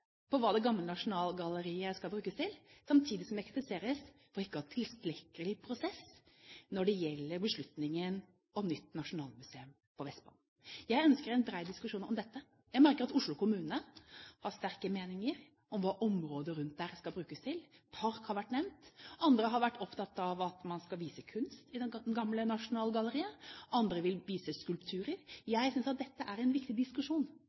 på hva det gamle Nasjonalgalleriet skal brukes til, samtidig som jeg kritiseres for ikke å ha en tilstrekkelig prosess når det gjelder beslutningen om et nytt nasjonalmuseum på Vestbanen. Jeg ønsker en bred diskusjon om dette. Jeg merker meg at Oslo kommune har sterke meninger om hva området rundt der skal brukes til – park har vært nevnt. Andre har vært opptatt av at man skal vise kunst i det gamle Nasjonalgalleriet, andre vil vise skulpturer. Jeg synes at dette er en viktig diskusjon,